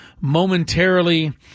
momentarily